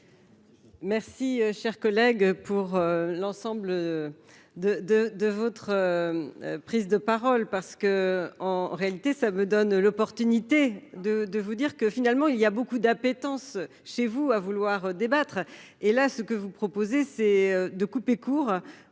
Merci, cher collègue, pour l'ensemble de, de, de votre prise de parole parce que, en réalité, ça me donne l'opportunité de de vous dire que finalement il y a beaucoup d'appétence chez vous à vouloir débattre et là ce que vous proposez c'est de couper court